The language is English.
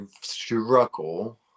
struggle